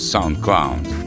Soundcloud